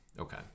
Okay